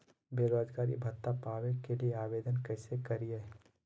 बेरोजगारी भत्ता पावे के लिए आवेदन कैसे करियय?